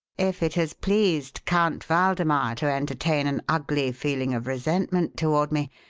if it has pleased count waldemar to entertain an ugly feeling of resentment toward me,